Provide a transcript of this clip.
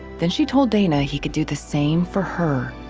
then she told dana, he could do the same for her.